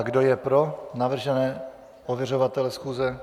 Kdo je pro navržené ověřovatele schůze?